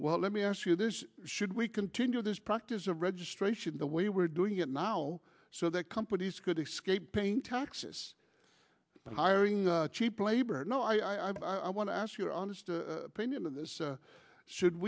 well let me ask you this should we continue this practice of registration the way we're doing it now so that companies could escape paying taxes and hiring cheap labor no i want to ask your honest opinion on this should